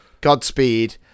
Godspeed